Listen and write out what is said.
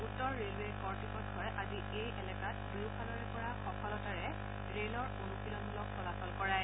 উত্তৰ ৰেলৱে কৰ্তৃপক্ষই আজি এই এলেকাত দুয়োফালৰ পৰা সফলতাৰে ৰেলৰ অনুশীলনমূলক চলাচল কৰায়